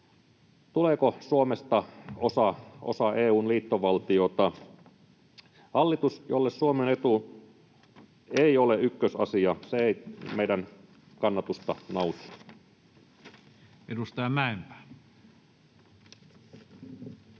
tuleeko Suomesta osa EU:n liittovaltiota. Hallitus, jolle Suomen etu ei ole ykkösasia, ei meidän kannatustamme nauti.